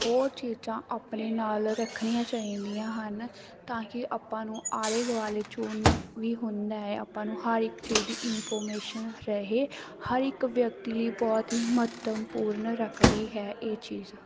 ਹੋਰ ਚੀਜ਼ਾਂ ਆਪਣੇ ਨਾਲ ਰੱਖਣੀਆਂ ਚਾਹੀਦੀਆਂ ਹਨ ਤਾਂ ਕਿ ਆਪਾਂ ਨੂੰ ਆਲੇ ਦੁਆਲੇ 'ਚ ਵੀ ਹੁੰਦਾ ਹੈ ਆਪਾਂ ਨੂੰ ਹਰ ਇੱਕ ਚੀਜ਼ ਦੀ ਇਨਫੋਰਮੇਸ਼ਨ ਰਹੇ ਹਰ ਇੱਕ ਵਿਅਕਤੀ ਲਈ ਬਹੁਤ ਹੀ ਮਹੱਤਵਪੂਰਨ ਰੱਖਦੀ ਹੈ ਇਹ ਚੀਜ਼